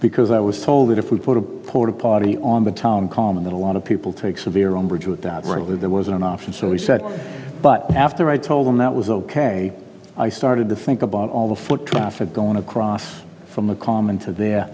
because i was told that if we put a porta potti on the town common that a lot of people take severe umbrage with that word where there was an option so we said but after i told them that was ok i started to think about all the foot traffic going across from the common to there